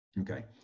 Okay